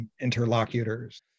interlocutors